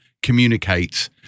communicate